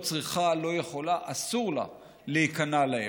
לא צריכה, לא יכולה, אסור לה להיכנע להם.